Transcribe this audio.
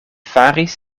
faris